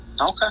Okay